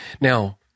Now